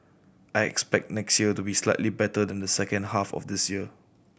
I expect next year to be slightly better than the second half of this year